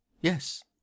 Yes